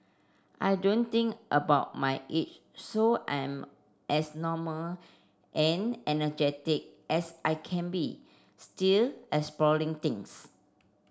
I don't think about my age so I'm as normal and energetic as I can be still exploring things